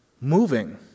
moving